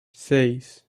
seis